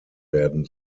werden